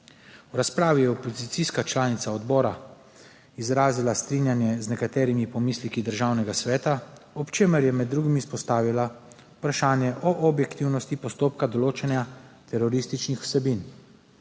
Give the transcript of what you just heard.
V razpravi je opozicijska članica odbora izrazila strinjanje z nekaterimi pomisleki Državnega sveta, ob čemer je med drugim izpostavila vprašanje o objektivnosti postopka določanja terorističnih vsebin,